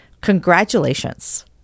congratulations